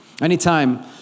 Anytime